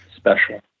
special